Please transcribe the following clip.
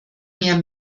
mehr